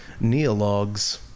Neologs